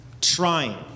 trying